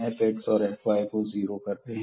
fx और fy को zero करते हैं